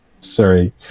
Sorry